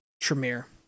Tremere